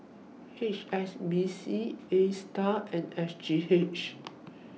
H S B C ASTAR and S G H